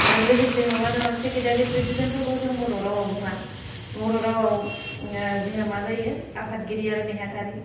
आरो लोगोसे माबा दङ सेक्रेतारि प्रेसिदेन्तफोरखौ जों बर' रावाव बुङा बर' रावाव जोंहा मा जायो आफादगिरि आरो नेहाथारि